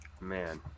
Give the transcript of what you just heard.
man